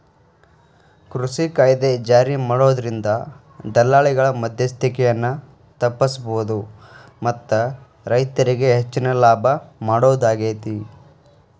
ಕೃಷಿ ಕಾಯ್ದೆ ಜಾರಿಮಾಡೋದ್ರಿಂದ ದಲ್ಲಾಳಿಗಳ ಮದ್ಯಸ್ತಿಕೆಯನ್ನ ತಪ್ಪಸಬೋದು ಮತ್ತ ರೈತರಿಗೆ ಹೆಚ್ಚಿನ ಲಾಭ ಮಾಡೋದಾಗೇತಿ